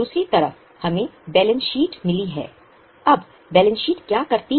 दूसरी तरफ हमें बैलेंस शीट मिली है अब बैलेंस शीट क्या करती है